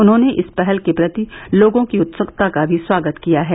उन्होंने इस पहल के प्रति लोगों की उत्सुकता का भी स्वागत किया है